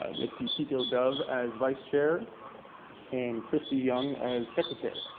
ah ms. yukiko dove as vice chair and kristie young as secretary.